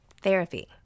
Therapy